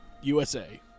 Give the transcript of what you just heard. USA